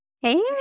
Hey